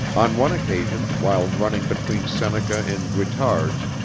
on one occasion, while running between seneca and guittards',